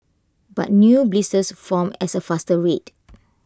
but new blisters formed as A faster rate